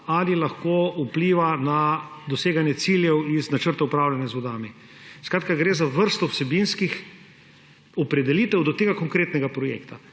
ali lahko vpliva na doseganje ciljev iz načrta upravljanja z vodami. Skratka, gre za vrsto vsebinskih opredelitev do tega konkretnega projekta.